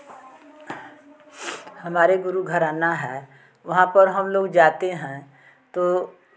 हमारे गुरु घराना है वहां पर हमलोग जाते हैं तो